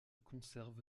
conserve